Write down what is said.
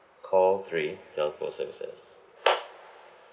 call three telco services